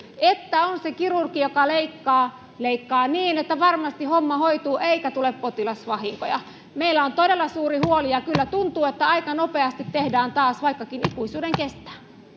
että on se kirurgi joka leikkaa leikkaa niin että varmasti homma hoituu eikä tule potilasvahinkoja meillä on todella suuri huoli ja ja kyllä tuntuu että aika nopeasti tehdään taas vaikkakin ikuisuuden kestää